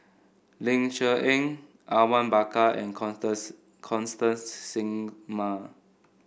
Ling Cher Eng Awang Bakar and Constance Singam